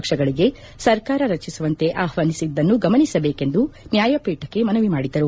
ಪಕ್ಷಗಳಿಗೆ ಸರ್ಕಾರ ರಚಿಸುವಂತೆ ಆಹ್ವಾನಿಸಿದ್ದನ್ನು ಗಮನಿಸಬೇಕು ಎಂದು ನ್ನಾಯಪೀಠಕ್ಕೆ ಮನವಿ ಮಾಡಿದರು